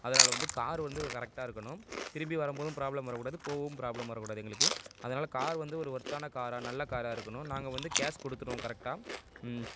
அதனால வந்து கார் வந்து கரெக்டாக இருக்கணும் திரும்பி வரும் போதும் ப்ராப்ளம் வரக்கூடாது போகவும் ப்ராப்ளம் வரக்கூடாது எங்களுக்கு அதனால கார் வந்து ஒரு ஒர்த்தான காராக நல்ல காராக இருக்கணும் நாங்கள் வந்து கேஷ் கொடுத்துடுவோம் கரெக்டாக